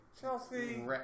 Chelsea